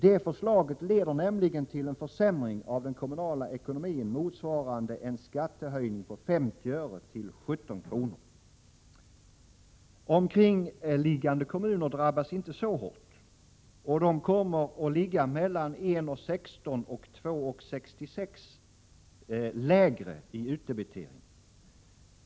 Detta förslag leder nämligen till en försämring av den kommunala ekonomin, motsvarande en skattehöjning på 50 öre till 17 kr. Omkringliggande kommuner kommer inte att drabbas så hårt. Utdebiteringen kommer att vara mellan 1:16 kr. och 2:66 kr. lägre.